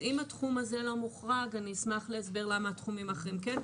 אז אם התחום הזה לא מוחרג אני אשמח להסבר למה התחומים האחרים כן,